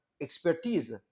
expertise